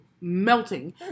melting